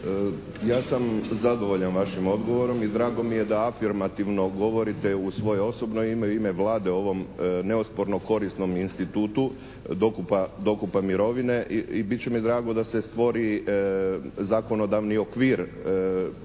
Ja sam zadovoljan vašim odgovorom i drago mi je da afirmativno govorite u svoje osobno ime i u ime Vlade o ovom neosporno korisnom institutu dokupa mirovine i bit će mi drago da se stvori zakonodavni okvir, bolji